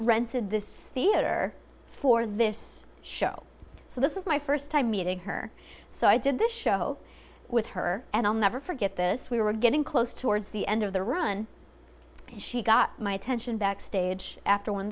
rented this theater for this show so this is my first time meeting her so i did this show with her and i'll never forget this we were getting close to words the end of the run she got my attention backstage after